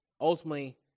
Ultimately